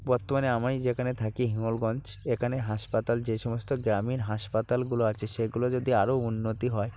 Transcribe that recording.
বর্তমানে আমিই যেখানে থাকি হিঙ্গলগঞ্জ এখানে হাসপাতাল যে সমস্ত গ্রামীণ হাসপাতালগুলো আছে সেগুলো যদি আরও উন্নতি হয়